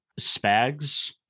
Spags